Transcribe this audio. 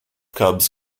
cubs